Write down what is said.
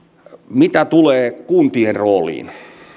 mitä tulee kuntien rooliin